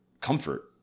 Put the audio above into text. comfort